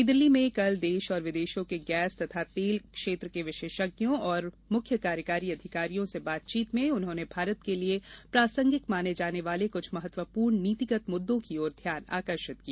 नई दिल्ली में कल देश और विदेशों के गैस तथा तेल क्षेत्र के विशेषज्ञों और मुख्य कार्यकारी अधिकारियों से बातचीत में उन्होंने भारत के लिए प्रासंगिक माने जाने वाले कुछ महत्वपूर्ण नीतिगत मुद्दों की ओर ध्यान आकर्षित किया